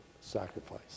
sacrifice